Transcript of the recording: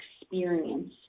experience